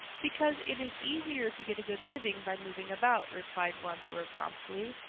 because it is easier to get a good living by moving about, replied wanderer promptly.